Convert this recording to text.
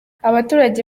abaturage